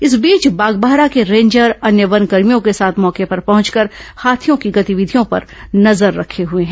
इस बीच बागबाहरा के रेंजर अन्य वनकर्भियों के साथ मौके पर पहुंचकर हाथियों की गतिविधियों पर नजर रखे हुए हैं